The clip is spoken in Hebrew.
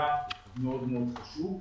מאוד מאוד חשובה.